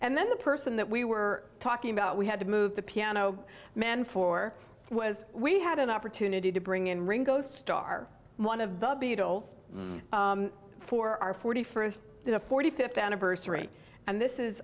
and then the person that we were talking about we had to move the piano man for was we had an opportunity to bring in ringgold star one of the beatles for our forty first the forty fifth anniversary and this is